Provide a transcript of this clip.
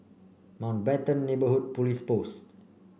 Mountbatten Neighbourhood Police Post